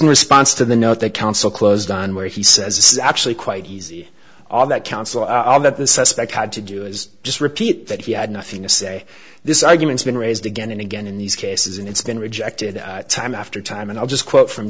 response to the note that counsel closed on where he says this is actually quite easy all that council all that the suspect had to do is just repeat that he had nothing to say this argument's been raised again and again in these cases and it's been rejected time after time and i'll just quote from